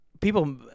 people